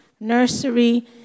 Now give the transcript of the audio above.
Nursery